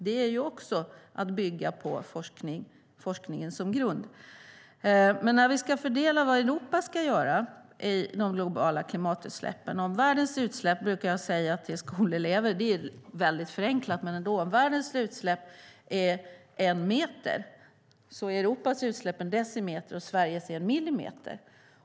Det är också att bygga på forskningen som grund. Låt oss se hur vi ska fördela vad Europa ska göra i fråga om de globala klimatutsläppen. Jag brukar säga till skolelever - visserligen förenklat, men ändå - att om världens utsläpp motsvarar 1 meter motsvarar Europas utsläpp 1 decimeter och Sveriges utsläpp 1 millimeter.